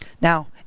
Now